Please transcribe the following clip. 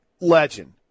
legend